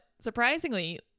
surprisingly